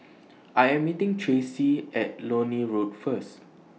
I Am meeting Tracy At Lornie Road First